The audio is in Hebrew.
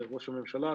לראש הממשלה,